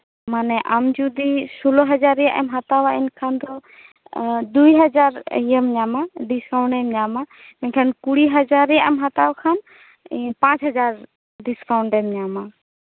ᱢᱟᱱᱮ ᱟᱢ ᱡᱚᱫᱤ ᱥᱳᱞᱞᱳ ᱦᱟᱡᱟᱨ ᱨᱮᱭᱟᱜ ᱮᱢ ᱦᱟᱛᱟᱣᱟ ᱮᱱᱠᱷᱟᱱ ᱫᱚ ᱫᱩᱭ ᱦᱟᱡᱟᱨ ᱤᱭᱟᱹᱢ ᱧᱟᱢᱟ ᱰᱤᱥᱠᱟᱣᱩᱱᱴ ᱧᱟᱢᱟ ᱮᱱᱠᱷᱟᱱ ᱠᱩᱲᱤ ᱦᱟᱡᱟᱨ ᱨᱮᱭᱟᱜ ᱮᱢ ᱦᱟᱛᱟᱣ ᱠᱷᱟᱱ ᱯᱟᱸ ᱪ ᱦᱟᱡᱟᱨ ᱰᱤᱥᱠᱟᱣᱩᱱᱴ ᱮᱢ ᱧᱟᱢᱟ